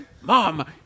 Mom